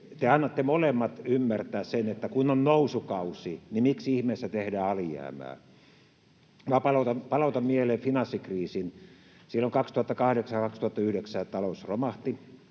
Te annatte molemmat ymmärtää, että kun on nousukausi, niin miksi ihmeessä tehdään alijäämää. Minä palautan mieleen finanssikriisin. Silloin 2008—2009 talous romahti